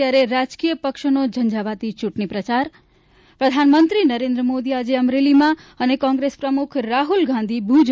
ત્યારે રાજકીય પક્ષોનો ઝંઝાવાતી ચૂંટણી પ્રચાર પ્રધાનમંત્રી નરેન્દ્ર મોદી આજે અમરેલીમાં અને કોંગ્રેસ પ્રમુખ રાહુલ ગાંધી ભૂજ